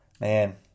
man